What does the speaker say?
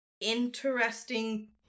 interesting